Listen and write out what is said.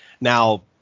now